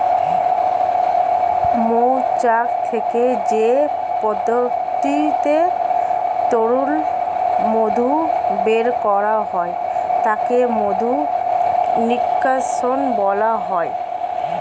মৌচাক থেকে যে পদ্ধতিতে তরল মধু বের করা হয় তাকে মধু নিষ্কাশণ বলা হয়